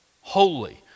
holy